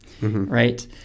right